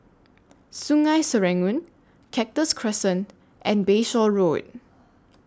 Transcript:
Sungei Serangoon Cactus Crescent and Bayshore Road